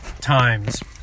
times